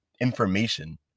information